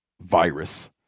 virus